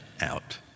out